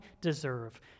deserve